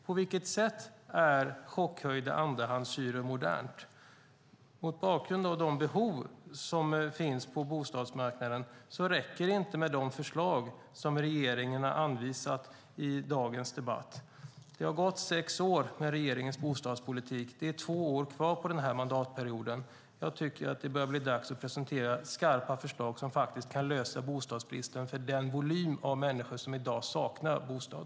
På vilket sätt är chockhöjda andrahandshyror modernt? Mot bakgrund av de behov som finns på bostadsmarknaden räcker det inte med de förslag som regeringen har anvisat i dagens debatt. Det har gått sex år med regeringens bostadspolitik. Det är två år kvar på mandatperioden. Jag tycker att det börjar bli dags att presentera skarpa förslag som kan lösa bostadsbristen för den volym av människor som i dag saknar bostad.